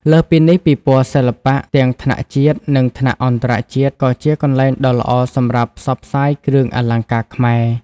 លើសពីនេះ ពិព័រណ៍សិល្បៈ ទាំងថ្នាក់ជាតិ និងថ្នាក់អន្តរជាតិ ក៏ជាកន្លែងដ៏ល្អសម្រាប់ផ្សព្វផ្សាយគ្រឿងអលង្ការខ្មែរ។